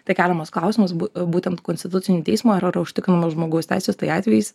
tai keliamas klausimas būtent konstitucinio teismo ar užtikrinamos žmogaus teisės tai atvejis